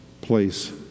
place